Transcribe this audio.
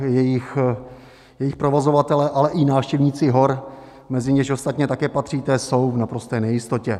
Jejich provozovatelé, ale i návštěvníci hor, mezi něž ostatně také patříte, jsou v naprosté nejistotě.